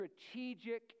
strategic